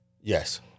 Yes